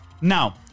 Now